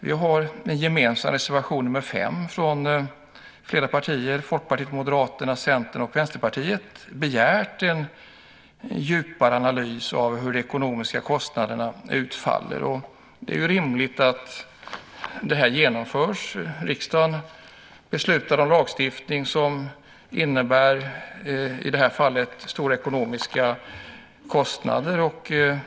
Vi har i en gemensam reservation nr 5 från flera partier, Folkpartiet, Moderaterna, Centern och Vänsterpartiet begärt en djupare analys av hur de ekonomiska kostnaderna utfaller. Det är rimligt att det genomförs. Riksdagen beslutar om lagstiftning som i det här fallet innebär stora ekonomiska kostnader.